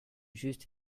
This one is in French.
juste